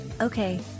okay